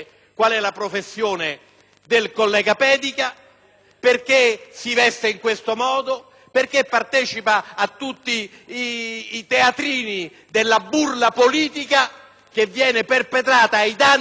perché si veste in questo modo e partecipa a tutti i teatrini della burla politica che viene perpetrata ai danni dei lavoratori dell'Alitalia, a partire dal suo "capo",